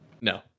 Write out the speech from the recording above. no